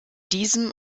diesem